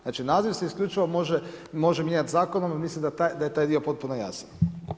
Znači, naziv se isključivo može mijenjati zakonom, mislim da je taj dio potpuno jasan.